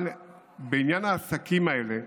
אבל בעניין העסקים האלה,